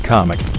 Comic